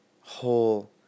whole